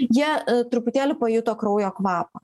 jie truputėlį pajuto kraujo kvapo